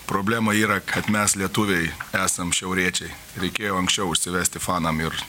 problema yra kad mes lietuviai esam šiauriečiai reikėjo anksčiau užsivesti fanam ir